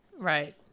Right